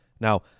Now